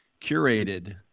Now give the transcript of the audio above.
curated